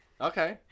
Okay